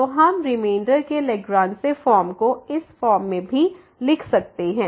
तो हम रिमेंडर के लाग्रेंज फॉर्म को इस फॉर्म में भी लिख सकते हैं